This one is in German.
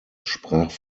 sprach